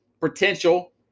potential